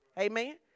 Amen